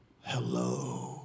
Hello